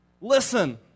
Listen